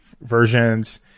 versions